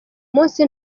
munsi